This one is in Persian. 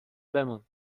بمون